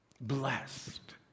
blessed